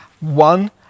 one